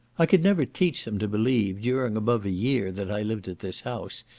i could never teach them to believe, during above a year that i lived at this house,